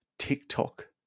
tiktok